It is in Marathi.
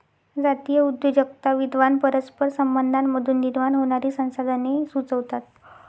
जातीय उद्योजकता विद्वान परस्पर संबंधांमधून निर्माण होणारी संसाधने सुचवतात